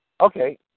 Okay